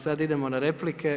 Sad idemo na replike.